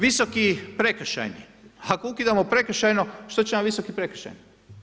Visoki prekršajni, ako ukidamo prekršajnom, što će vam visoki prekršajni?